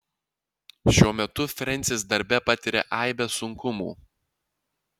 šiuo metu frensis darbe patiria aibę sunkumų